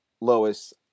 Lois